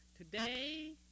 Today